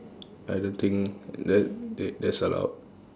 I don't think that that that's allowed